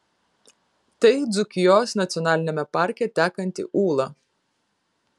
tai dzūkijos nacionaliniame parke tekanti ūla